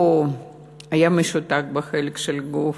הוא היה משותק בחלק של הגוף,